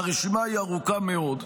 והרשימה ארוכה מאוד.